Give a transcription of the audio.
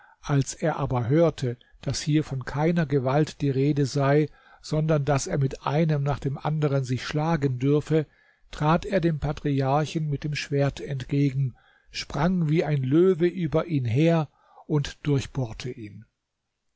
als er aber hörte daß hier von keiner gewalt die rede sei sondern daß er mit einem nach dem anderen sich schlagen dürfe trat er dem patriarchen mit dem schwert entgegen sprang wie ein löwe über ihn her und durchbohrte ihn